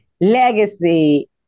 legacy